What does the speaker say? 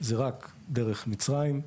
זה רק דרך מצרים.